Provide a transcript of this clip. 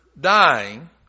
dying